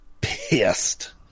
pissed